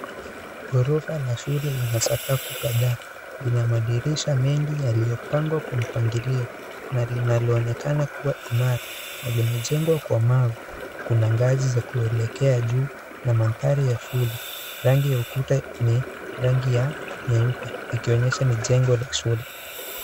Gorofa la shule limekaza kukanyaa linamadirisha mengi yaliyo pangwa kwa mpangilio na linaloonekana kuwa imara na limejengwa kwa mawe Kuna ngazi za kuelekea juu na mandari ya shule rangi ya ukuta ni rangi ya nyeupe ikionyesha ni jengo la shule.